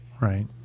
right